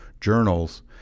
journals